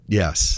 yes